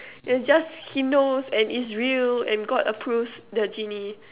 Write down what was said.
it's just he knows and it's real and God approves the genie